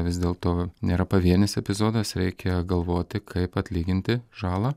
vis dėlto nėra pavienis epizodas reikia galvoti kaip atlyginti žalą